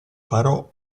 parò